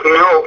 no